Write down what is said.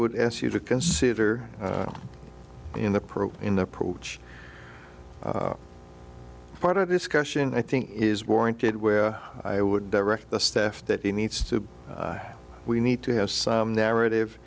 would ask you to consider in the probe in the approach part of discussion i think is warranted where i would direct the staff that he needs to we need to have some narrative